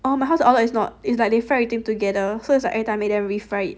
orh my house all that it's not it's like they fry everything together so it's like every time they re-fry it